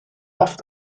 oft